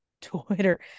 Twitter